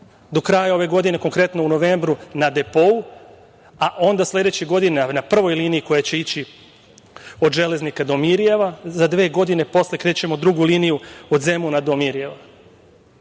do kraja ove godine, konkretno u novembru na depou, a onda sledeće godini na prvoj liniji, koja će ići od Železnika do Mirijeva, za dve godine posle krećemo drugu liniju od Zemuna do Mirijeva?